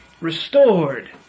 restored